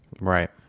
Right